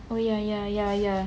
oh ya ya ya ya